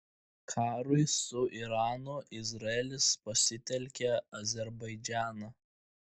karui su iranu izraelis pasitelkia azerbaidžaną